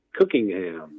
Cookingham